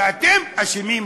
ואתם אשמים בו.